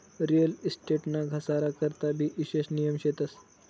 real estate ना घसारा करता भी ईशेष नियम शेतस